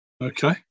Okay